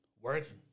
working